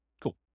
Cool